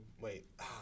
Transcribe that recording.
Wait